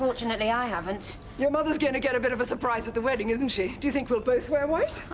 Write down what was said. unfortunately i haven't. your mother's going to get a bit of a surprise at the wedding, isn't she! do you think we'll both wear white?